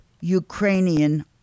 Ukrainian